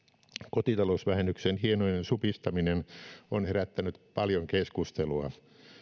kotitalousvähennyksen hienoinen supistaminen on herättänyt paljon keskustelua